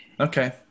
Okay